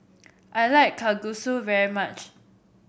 I like Kalguksu very much